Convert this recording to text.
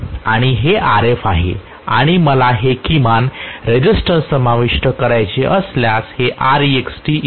आणि हे Rf आहे आणि मला हे किमान रेसिस्टन्स समाविष्ट करायचे असल्यास हे Rext0 आहे